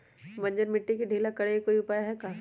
बंजर मिट्टी के ढीला करेके कोई उपाय है का?